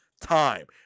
time